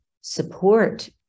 support